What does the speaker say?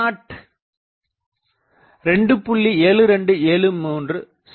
7273 செ